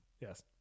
Yes